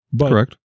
Correct